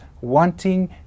wanting